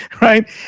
right